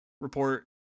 report